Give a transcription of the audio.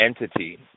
entity